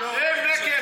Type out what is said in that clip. מהמשלה, הם נגד.